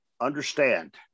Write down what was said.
understand